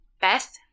Beth